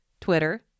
Twitter